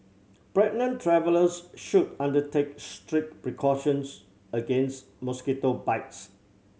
pregnant travellers should undertake strict precautions against mosquito bites